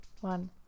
one